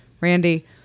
Randy